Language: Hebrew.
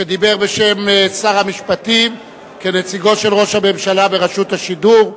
שדיבר בשם שר המשפטים כנציגו של ראש הממשלה ברשות השידור.